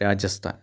Rajasthan